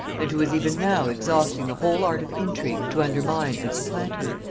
and who was even now exhausting the whole art of intrigue to undermine and supplant her?